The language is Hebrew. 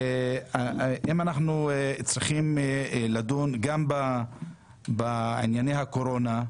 השנה, ואם אנחנו צריכים לדון גם בענייני הקורונה,